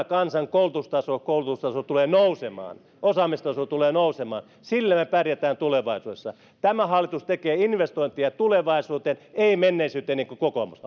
kansan koulutustaso koulutustaso ja osaamistaso tulevat nousemaan sillä me pärjäämme tulevaisuudessa tämä hallitus tekee investointeja tulevaisuuteen ei menneisyyteen niin kuin kokoomus